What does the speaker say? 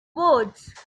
words